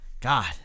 God